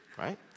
right